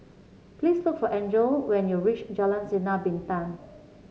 please look for Angele when you reach Jalan Sinar Bintang